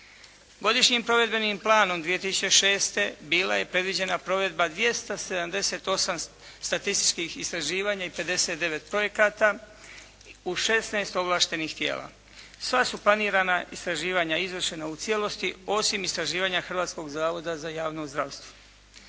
Godišnjim provedbenim planom 2006. bila je predviđena provedba 278 statističkih istraživanja i 59 projekata u 16 ovlaštenih tijela. Sva su planirana istraživanja izvršena u cijelosti osim istraživanja Hrvatskog zavoda za javno zdravstvo.